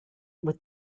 with